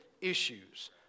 issues